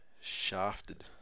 shafted